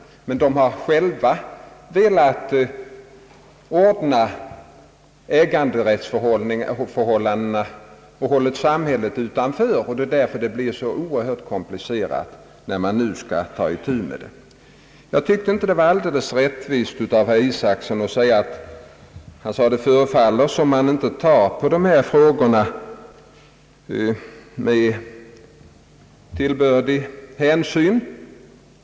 Vederbörande har själva velat ordna äganderättsförhållandena och har hållit samhället utanför. Det är därför det blivit så oerhört komplicerat, när man nu skall ta itu med saken. Jag tyckte inte att det var alldeles rättvist av herr Isacson att säga att det förefaller som om man inte tagit tillbörlig hänsyn till dessa frågor.